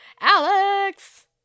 Alex